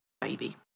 baby